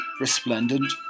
resplendent